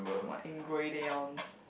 what ingredients